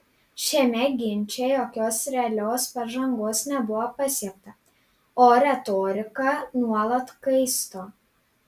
šiame ginče jokios realios pažangos nebuvo pasiekta o retorika nuolat kaisto